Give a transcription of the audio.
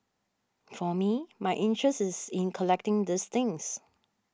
for me my interest is in collecting these things